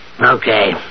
Okay